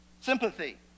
sympathy